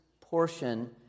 portion